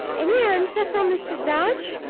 any answer from mr. darch?